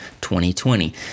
2020